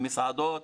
במסעדות,